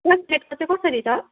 क्लासमेटको चाहिँ कसरी छ